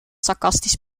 sarcastisch